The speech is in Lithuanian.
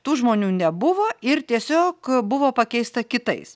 tų žmonių nebuvo ir tiesiog buvo pakeista kitais